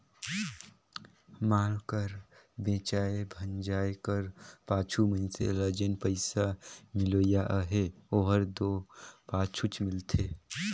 माल कर बेंचाए भंजाए कर पाछू मइनसे ल जेन पइसा मिलोइया अहे ओहर दो पाछुच मिलथे